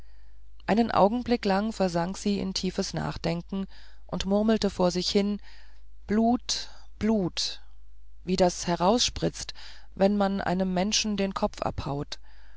einen augenblick lang versank sie in tiefes nachdenken und murmelte vor sich hin blut blut wie das herausspritzt wenn man einem menschen den kopf abhaut